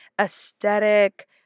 aesthetic